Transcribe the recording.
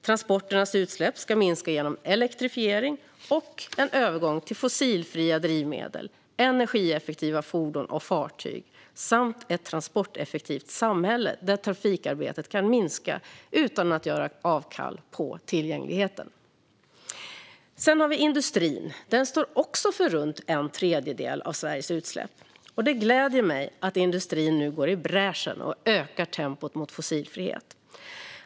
Transporternas utsläpp ska minska genom elektrifiering och en övergång till fossilfria drivmedel, energieffektiva fordon och fartyg samt ett transporteffektivt samhälle, där trafikarbetet kan minska utan att avkall görs på tillgängligheten. Industrin står också för runt en tredjedel av Sveriges utsläpp. Det gläder mig att industrin nu går i bräschen och ökar tempot mot fossilfrihet.